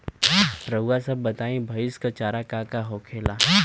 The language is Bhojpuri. रउआ सभ बताई भईस क चारा का का होखेला?